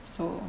so